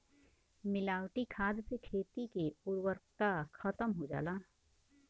मिलावटी खाद से खेती के उर्वरता खतम हो जाला